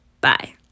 Bye